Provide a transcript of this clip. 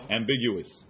ambiguous